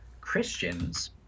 Christians